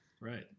right